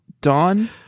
Dawn